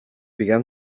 began